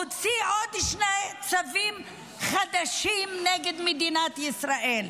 הוציא עוד שני צווים חדשים נגד מדינת ישראל: